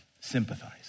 sympathize